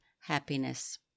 happiness